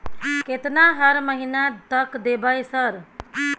केतना हर महीना तक देबय सर?